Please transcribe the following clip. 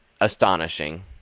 astonishing